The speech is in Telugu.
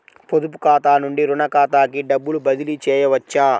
పొదుపు ఖాతా నుండీ, రుణ ఖాతాకి డబ్బు బదిలీ చేయవచ్చా?